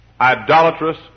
idolatrous